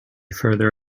further